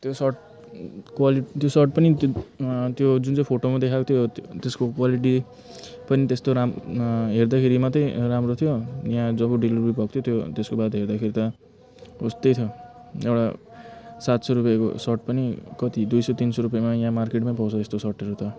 त्यो shirt quality त्यो shirt पनि त्यो जुन चाहिँ त्यो फोटोमा देखाएको थियो त्यसको क्वालिटी पनि त्यस्तो राम हेर्दाखेरि मात्रै राम्रो थियो यहाँ जब डेलीभरी भएको थियो त्यो त्यसको बाद हेर्दाखेरि त उस्तै थियो एउटा सात सय रुप्पेको सर्ट पनि कति दुई सय तिन सय रुप्पेमा यहाँ मार्केटमै पाउँछ यस्तो सर्टहरू त